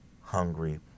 hungry